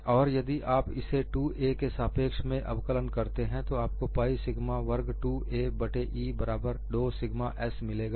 और यदि आप इसे 2a के सापेक्ष अवकलन करते हैं तो आपको पाइ सिग्मा वर्ग 2a बट्टे E बराबर 2 सिग्मा s मिलेगा